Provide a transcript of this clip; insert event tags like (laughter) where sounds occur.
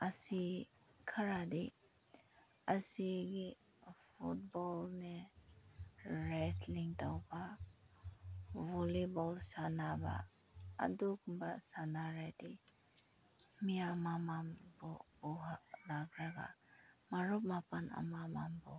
ꯑꯁꯤ ꯈꯔꯗꯤ ꯑꯁꯤꯒꯤ ꯐꯨꯠꯕꯣꯜꯅꯦ ꯔꯦꯁꯂꯤꯡ ꯇꯧꯕ ꯕꯣꯜꯂꯤꯕꯣꯜ ꯁꯥꯟꯅꯕ ꯑꯗꯨꯒꯨꯝꯕ ꯁꯥꯟꯅꯔꯗꯤ ꯃꯤꯌꯥꯝ ꯃꯃꯥꯡꯕꯨ (unintelligible) ꯃꯔꯨꯞ ꯃꯄꯥꯡ ꯑꯃ ꯑꯃꯕꯨ